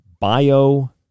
bio